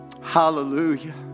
Hallelujah